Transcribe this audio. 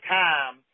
time